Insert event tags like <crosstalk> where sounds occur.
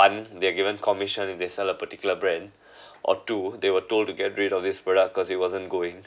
one they are given commission when they sell the particular brand <breath> or two they were told to get rid of this product cause it wasn't going